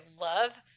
love